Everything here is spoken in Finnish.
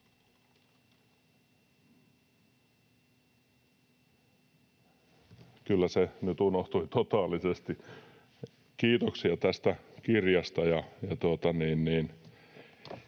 Kyllä se nyt unohtui totaalisesti. Kiitoksia tästä kirjasta,